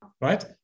Right